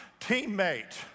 teammate